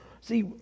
See